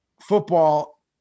football